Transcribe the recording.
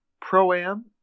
Pro-Am